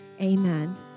Amen